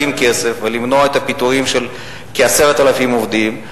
כסף ולמנוע את הפיטורים של כ-10,000 עובדים.